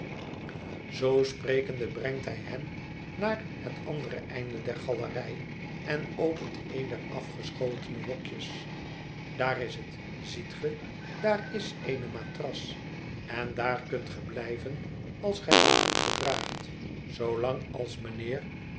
zoo sprekende brengt hij hem naar het andere einde der galerij en opent een der afgeschotene hokjes daar is het ziet ge daar is eene matras en daar kunt ge blijven als gij u goed gedraagt zoolang als mijnheer